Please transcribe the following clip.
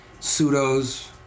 pseudos